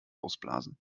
ausblasen